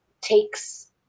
takes